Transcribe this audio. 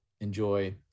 enjoy